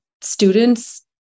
students